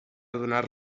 donar